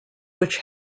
which